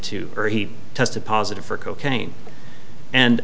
to or he tested positive for cocaine and